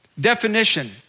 Definition